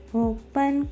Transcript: open